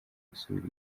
gusubira